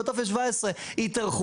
בטופס 17 יתארכו,